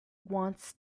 wants